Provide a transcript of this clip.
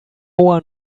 one